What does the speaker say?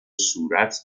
صورت